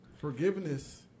Forgiveness